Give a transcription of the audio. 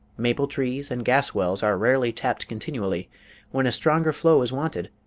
maple trees and gas wells are rarely tapped continually when a stronger flow is wanted,